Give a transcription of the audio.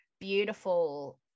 beautiful